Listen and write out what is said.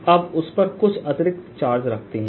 अब उस पर कुछ अतिरिक्त चार्ज रखते हैं